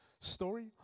story